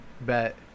bet